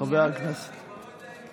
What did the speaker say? כבר לא יודע אם הצבעתי.